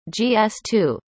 gs2